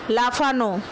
লাফানো